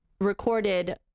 recorded